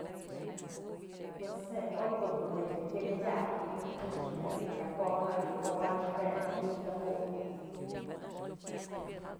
Pues je'e oy ko'o nëkë tyëmëdyakëp ji'im je'e nya nëj nya ponanyë tëm awanëp je'epë mich tëm buy.